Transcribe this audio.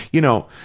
you know,